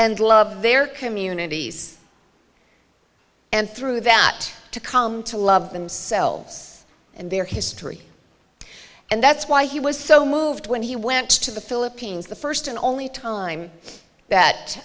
and love their communities and through that to come to love themselves and their history and that's why he was so moved when he went to the philippines the first and only time